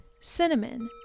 cinnamon